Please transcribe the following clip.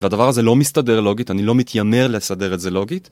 הדבר הזה לא מסתדר לוגית, אני לא מתיימר לסדר את זה לוגית.